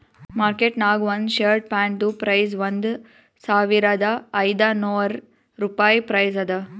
market ನಾಗ್ ಒಂದ್ shirt ಪ್ಯಾಂಟ್ದು ಪ್ರೈಸ್ ಒಂದ್ ಸಾವಿರದ ಐದ ನೋರ್ ರುಪಾಯಿ ಪ್ರೈಸ್ ಅದಾ